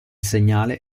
segnale